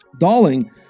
Darling